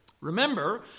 Remember